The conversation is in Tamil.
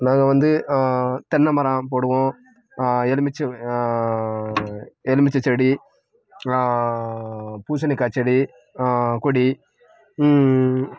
நாங்கள் வந்து தென்னை மரம் போடுவோம் எலுமிச்சை எலுமிச்சை செடி பூசணிக்காய் செடி கொடி